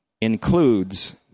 Includes